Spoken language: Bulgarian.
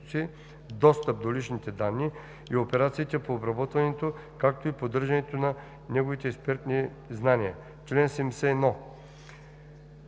достъп до личните данни и операциите по обработването, както и поддържането на неговите експертни знания. Чл. 71.